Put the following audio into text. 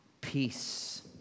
peace